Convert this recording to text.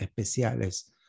Especiales